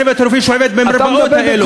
מה עם הצוות הרפואי שעובד במרפאות האלה?